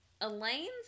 Elaine's